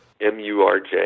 M-U-R-J